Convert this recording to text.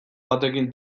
batekin